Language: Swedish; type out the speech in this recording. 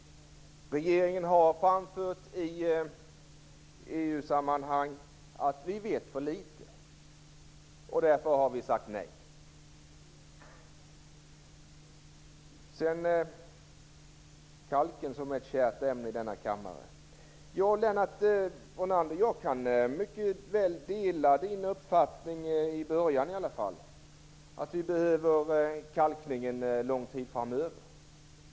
Regeringen har i EU-sammanhang framfört att vi vet för litet och har därför sagt nej. Kalken är ett kärt ämne i denna kammare. Jag kan mycket väl dela Lennart Brunanders uppfattning att kalkning behövs en lång tid framöver.